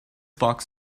box